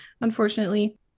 unfortunately